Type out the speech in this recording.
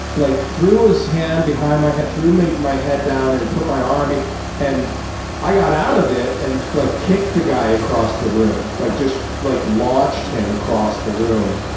like threw his hand behind my head, threw my my head down and put my arm be and i got out of it and like kicked the guy across the room. like just like launched him across the room.